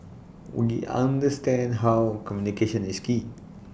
we understand how communication is key